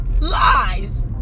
lies